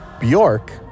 Bjork